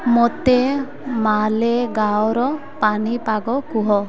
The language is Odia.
ମୋତେ ମାଲେଗାଓଁର ପାଣିପାଗ କୁହ